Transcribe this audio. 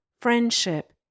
friendship